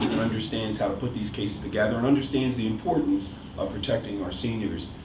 and understands how to put these cases together, and understands the importance of protecting our seniors.